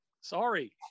Sorry